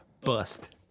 Bust